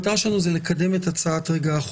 המטרה שלנו זה לקדם את הצעת החוק,